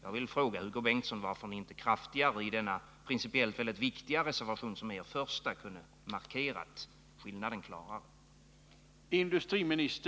Jag vill fråga Hugo Bengtsson varför ni inte i denna principiellt viktiga reservation, som är er första, kunde ha markerat skillnaden klarare.